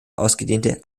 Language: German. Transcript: ausgedehnte